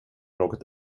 något